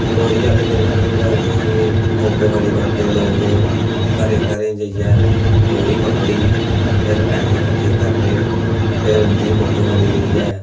लोह्ड़ी आह्ले दिन केह् होंदा कि मुंगफली बंडदे लोग घरें घरें जाइयै लोह्ड़ी मंगनी फिर पैहे किट्ठे करने फिर उं'दी मुंगफली लेइयै